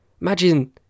Imagine